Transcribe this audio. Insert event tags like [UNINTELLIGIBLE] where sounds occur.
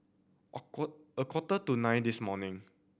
a [UNINTELLIGIBLE] a quarter to nine this morning